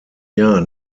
jahr